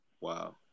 Wow